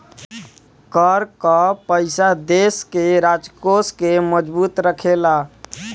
कर कअ पईसा देस के राजकोष के मजबूत रखेला